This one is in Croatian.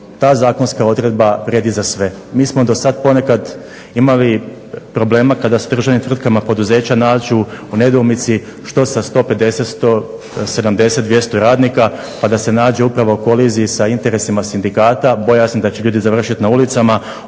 ta zakonska odredba vrijedi za sve. Mi smo dosad ponekad imali problema s državnim tvrtkama kada se poduzeća nađu u nedoumici što sa 150, 170, 200 radnika pa da se nađu upravo u koliziji sa interesima sindikata, bojazni da će ljudi završiti na ulicama